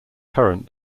current